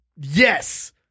Yes